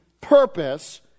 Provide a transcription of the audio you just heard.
purpose